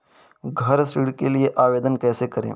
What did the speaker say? गृह ऋण के लिए आवेदन कैसे करें?